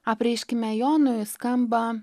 apreiškime jonui skamba